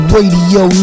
Radio